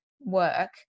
work